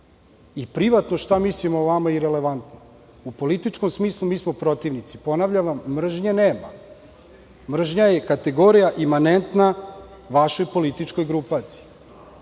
i privatno šta mislimo o vama je irelevantno. U političkom smislu mi smo protivnici, ponavljam vam, mržnje nema. Mržnja je kategorija imanentna vašoj političkoj grupaciji.